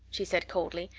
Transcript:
she said coldly,